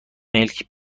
ملک